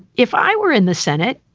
if i were in the senate,